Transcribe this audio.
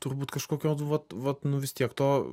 turbūt kažkur vat vat nu vis tiek to